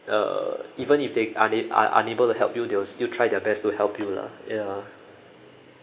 err even if they una~ un~ unable to help you they'll still try their best to help you lah ya